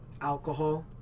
alcohol